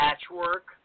Patchwork